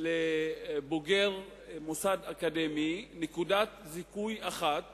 לבוגר מוסד אקדמי נקודת זיכוי אחת